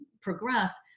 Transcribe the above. progress